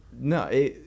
No